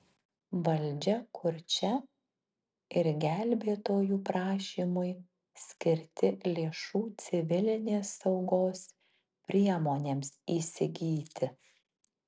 valdžia kurčia ir gelbėtojų prašymui skirti lėšų civilinės saugos priemonėms įsigyti